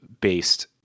based